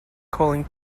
calling